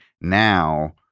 Now